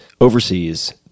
overseas